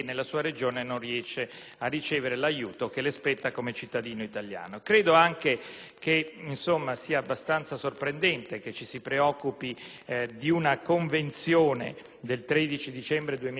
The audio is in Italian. Credo sia abbastanza sorprendente che ci si preoccupi di una convenzione del 13 dicembre 2006 quando non si è ancora depositato lo strumento